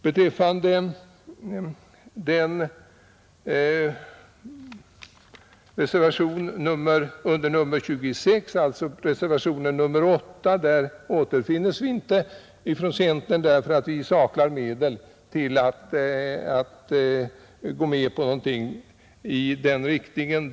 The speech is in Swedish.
Beträffande reservationen 8 under punkten 26 återfinnes inte några ledamöter från centerpartiet därför att vi anser att ni inte föreslagit medel att tillgodose de åtgärder som där föreslås.